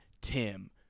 Tim